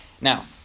Now